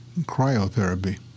cryotherapy